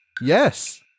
Yes